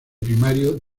primario